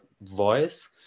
voice